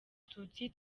tutsi